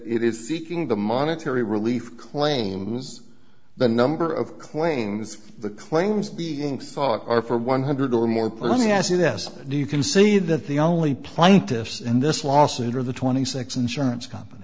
it is seeking the monetary relief claims the number of claims the claims being sought are for one hundred or more plainly ask you this do you concede that the only plaintiffs in this lawsuit are the twenty six insurance company